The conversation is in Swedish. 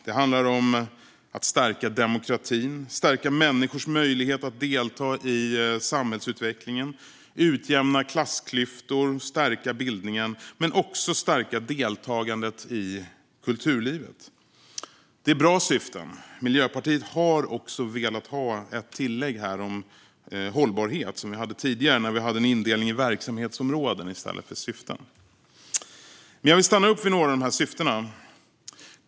Det handlar om att stärka demokratin, att stärka människors möjlighet att delta i samhällsutvecklingen och att utjämna klassklyftor och stärka bildningen, men det handlar också om att stärka deltagandet i kulturlivet. Det är bra syften. Miljöpartiet har också velat ha ett tillägg om hållbarhet, vilket vi hade tidigare när vi hade en indelning i verksamhetsområden i stället för syften. Jag vill dock stanna upp vid några av syftena.